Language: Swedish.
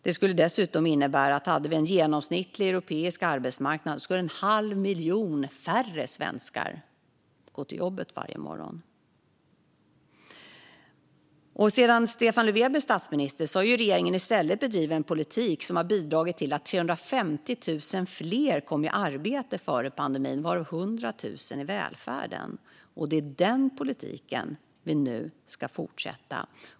Om vi skulle ha en genomsnittlig europeisk arbetsmarknad skulle det dessutom innebära att en halv miljon färre svenskar skulle gå till jobbet varje morgon. Sedan Stefan Löfven blev statminister har regeringen i stället bedrivit en politik som har bidragit till att 350 000 fler kom i arbete före pandemin, varav 100 000 i välfärden. Det är den politiken vi nu ska fortsätta med.